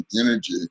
energy